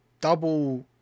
double